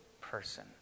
person